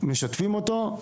משתפים אותו,